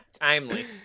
timely